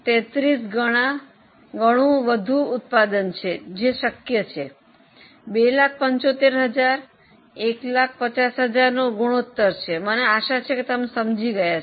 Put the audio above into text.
833 ગણા વધુ ઉત્પાદન છે તે શક્ય છે 275000150000 નો ગુણોત્તર છે મને આશા છે કે તમે સમજી ગયા છો